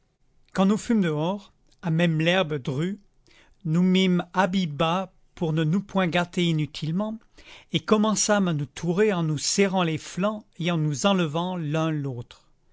quand nous fûmes dehors à même l'herbe drue nous mîmes habit bas pour ne nous point gâter inutilement et commençâmes à nous tourer en nous serrant les flancs et en nous enlevant l'un l'autre